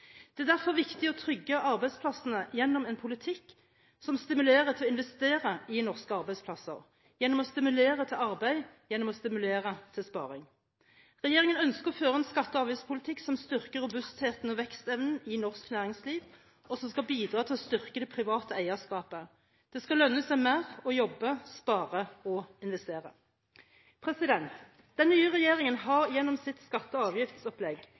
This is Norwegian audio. Det er derfor viktig å trygge arbeidsplassene gjennom en politikk som stimulerer til å investere i norske arbeidsplasser, gjennom å stimulere til arbeid, gjennom å stimulere til sparing. Regjeringen ønsker å føre en skatte- og avgiftspolitikk som styrker robustheten og vekstevnen i norsk næringsliv, og som skal bidra til å styrke det private eierskapet – det skal lønne seg mer å jobbe, spare og investere. Den nye regjeringen har gjennom sitt skatte- og avgiftsopplegg